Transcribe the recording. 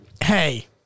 Hey